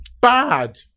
bad